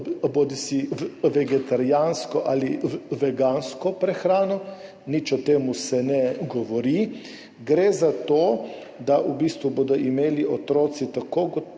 vegetarijansko ali vegansko prehrano, nič o tem se ne govori. Gre za to, da bodo v bistvu imeli otroci tako do